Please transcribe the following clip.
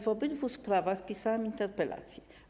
W obydwu sprawach pisałam interpelację.